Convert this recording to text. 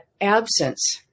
absence